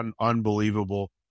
unbelievable